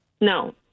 No